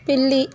పిల్లి